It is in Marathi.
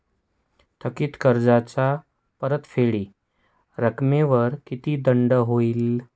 थकीत कर्जाच्या परतफेड रकमेवर किती दंड होईल?